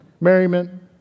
merriment